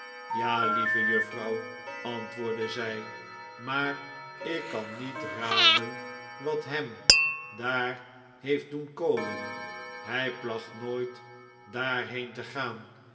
ja lieve juffrouw antwoordde zij maar ik kan niet raden wat hem daar heeft doen komen hij placht nooit daarheen te gaan